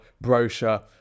brochure